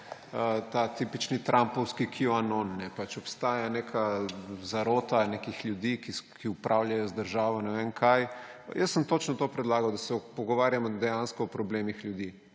ta tipični trumpovski QAnon. Pač, obstaja neka zarota nekih ljudi, ki upravljajo z državo, in ne vem kaj. Jaz sem točno to predlagal, da se pogovarjamo dejansko o problemih ljudi,